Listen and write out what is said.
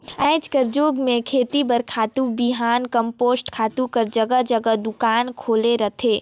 आएज कर जुग में खेती बर खातू, बीहन, कम्पोस्ट खातू कर जगहा जगहा दोकान खुले रहथे